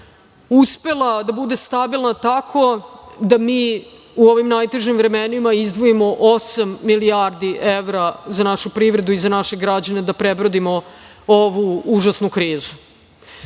uspela da bude stabilna tako da mi u ovim najtežim vremenima izdvojimo osam milijardi evra za našu privredu i za naše građane da prebrodimo ovu užasnu krizu. Pričam